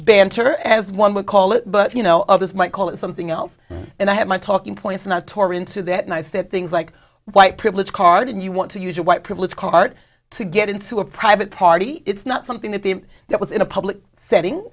banter as one would call it but you know others might call it something else and i have my talking points and i tore into that and i said things like white privilege card and you want to use your white privilege card to get into a private party it's not something that the that was in a public setting